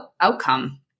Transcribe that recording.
outcome